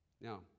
Now